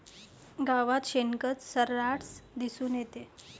गावात शेणखत सर्रास दिसून येते